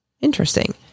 Interesting